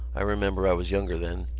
i remember i was younger then.